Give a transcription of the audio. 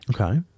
Okay